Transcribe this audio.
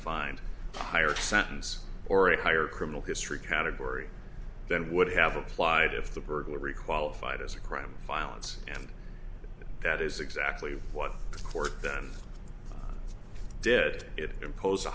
defined higher sentence or a higher criminal history category than would have applied if the burglary qualified as a crime violence and that is exactly what the court then did it impose